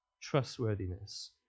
trustworthiness